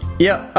yeah, ah